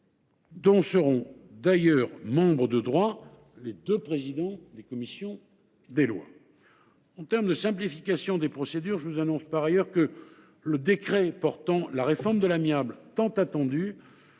dont seront par ailleurs membres de droit les présidents de la commission des lois de chaque chambre. En termes de simplification des procédures, je vous annonce par ailleurs que le décret portant la réforme de l’amiable, tant attendue